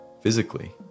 physically